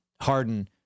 Harden